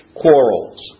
quarrels